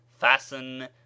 Fasten